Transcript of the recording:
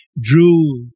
Drew